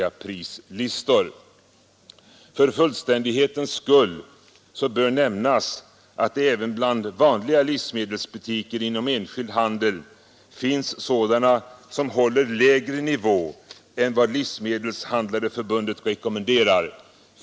För fullständighetens skull bör nämnas att det även bland ”vanliga” livsmedelsbutiker inom enskild handel finns sådana som håller lägre prisnivå än vad Livsmedelshandlareförbundet rekommenderar.